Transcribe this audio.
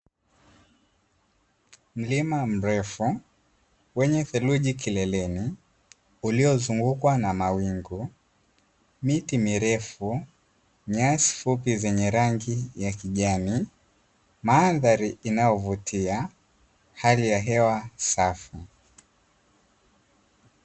Mlima mrefu wenye theluji kileleni uliozungukwa na mawingu, miti mirefu, nyasi fupi zenye rangi ya kijani, mandhari inayovutia hali ya hewa safi.